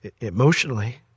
emotionally